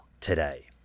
today